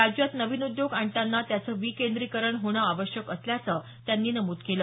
राज्यात नविन उद्योग आणताना त्याचं विकेंद्रीकरण होणं आवश्यक असल्याचं त्यांनी नमूद केलं